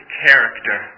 character